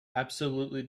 absolutely